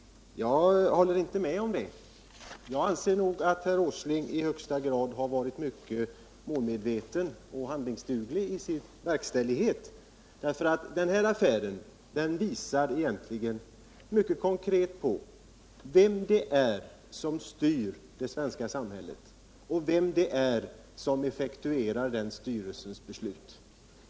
Jag håller inte med om det. Jag anser att herr Åsling i högsta grad har varit målmedveten och handlingskraftig i fråga om verkstäl lighet. Den här affären visar egentligen mycket konkret vem det är som styr det svenska samhället och vem som effektuerar besluten.